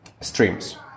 streams